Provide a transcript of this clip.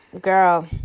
girl